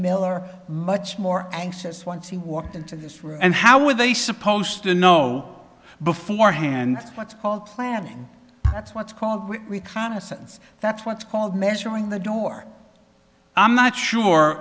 miller much more anxious once he walked into this room and how were they supposed to know beforehand what's called planning that's what's called we kind of sense that's what's called measuring the door i'm not sure